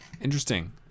interesting